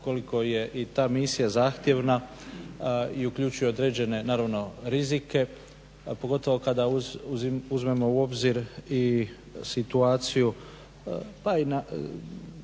koliko je i ta misija zahtjevna i uključuje određene naravno rizike, pogotovo kada uzmemo u obzir i situaciju pa i